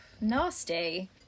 nasty